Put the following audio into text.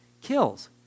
kills